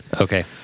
Okay